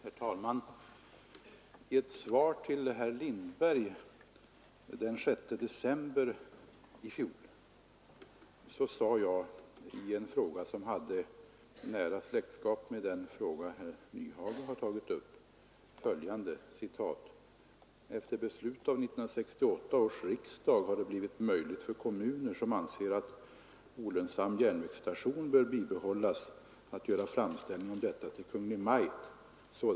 Herr talman! I ett svar till herr Lindberg den 6 december i fjol på en fråga som hade nära släktskap med den fråga herr Nyhage nu har tagit upp sade jag följande: ”Efter beslut av 1968 års riksdag har det blivit möjligt för kommuner, som anser att olönsam järnvägsstation bör bibehållas, att göra framställning om detta till Kungl. Maj:t.